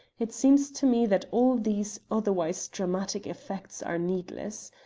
it seems to me that all these otherwise dramatic effects are needless.